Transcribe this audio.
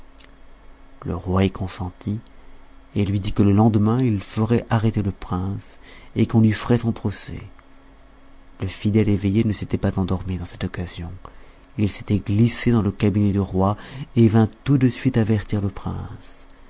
le roi y consentit et lui dit que le lendemain il ferait arrêter le prince et qu'on lui ferait son procès le fidèle eveillé ne s'était pas endormi dans cette occasion il s'était glissé dans le cabinet du roi et vint tout de suite avertir le prince